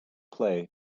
play